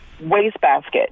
wastebasket